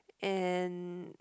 and